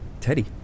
Teddy